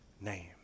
name